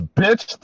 bitch